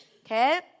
okay